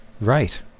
Right